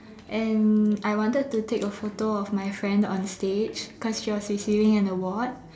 and I wanted to take a photo of my friend on stage cause she was receiving an award